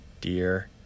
dear